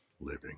living